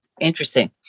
interesting